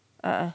uh uh